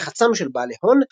בלחצם של בעלי הון,